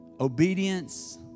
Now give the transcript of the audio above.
obedience